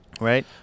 Right